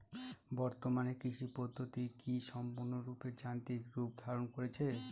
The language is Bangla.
বর্তমানে কৃষি পদ্ধতি কি সম্পূর্ণরূপে যান্ত্রিক রূপ ধারণ করেছে?